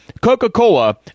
Coca-Cola